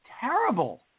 Terrible